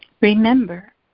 Remember